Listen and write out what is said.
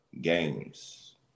games